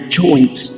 joint